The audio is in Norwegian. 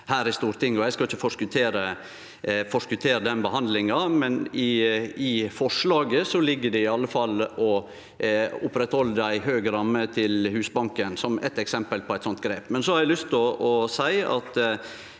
Eg skal ikkje forskotere den behandlinga, men i forslaget ligg det i alle fall å oppretthalde ei høg ramme til Husbanken, som eitt eksempel på eit sånt grep.